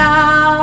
Now